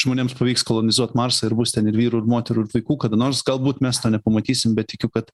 žmonėms pavyks kolonizuot marsą ir bus ten ir vyrų ir moterų ir vaikų kada nors galbūt mes to nepamatysim bet tikiu kad